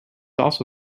also